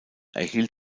erhielt